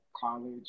college